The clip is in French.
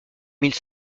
mille